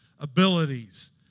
abilities